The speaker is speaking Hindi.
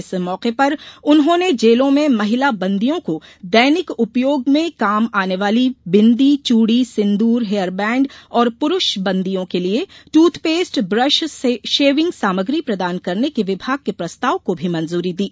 इस मौके पर उन्होने जेलों में महिला बंदियों को दैनिक उपयोग में काम आने वाली बिन्दी चूड़ी सिन्दूर हेयरबैंड और पुरूष बंदियों के लिये ट्रथपेस्ट ब्रश सेविंग सामग्री प्रदान करने के विभाग के प्रस्ताव को भी मंजूरी दी